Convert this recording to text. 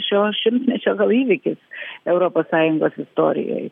šio šimtmečio gal įvykis europos sąjungos istorijoj